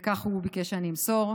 וכך הוא ביקש שאני אמסור: